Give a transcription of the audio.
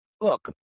Look